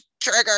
trigger